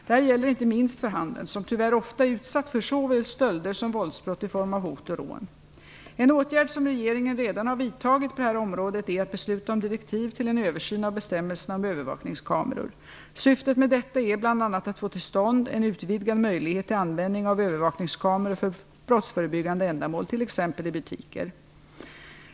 Detta gäller inte minst för handeln, som tyvärr ofta är utsatt för såväl stölder som våldsbrott i form av hot och rån. En åtgärd som regeringen redan har vidtagit på det här området är att besluta om direktiv till en översyn av bestämmelserna om övervakningskameror. Syftet med detta är bl.a. att få till stånd en utvidgad möjlighet till användning av övervakningskameror för brottsförebyggande ändamål, t.ex. i butiker.